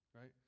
Right